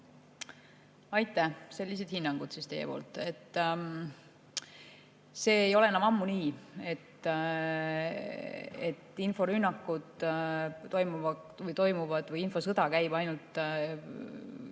Aitäh! Sellised hinnangud siis teie poolt. See ei ole enam ammu nii, et inforünnakud toimuvad või infosõda käib ainult